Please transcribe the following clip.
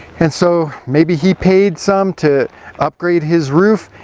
and so, maybe he paid some to upgrade his roof,